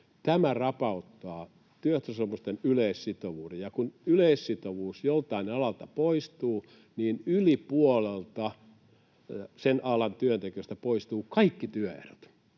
Tämä rapauttaa työehtosopimusten yleissitovuuden, ja kun yleissitovuus joltain alalta poistuu, niin yli puolelta sen alan työntekijöistä poistuvat kaikki työehdot,